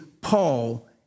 Paul